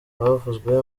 bavuzwe